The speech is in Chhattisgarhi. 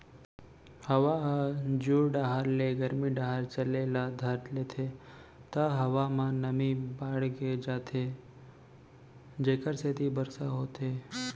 हवा ह जुड़ डहर ले गरमी डहर चले ल धर लेथे त हवा म नमी बाड़गे जाथे जेकर सेती बरसा होथे